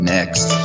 Next